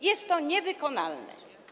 Jest to niewykonalne.